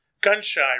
gun-shy